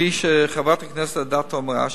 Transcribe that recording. כפי שחברת הכנסת אדטו אמרה,